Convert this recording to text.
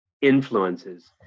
influences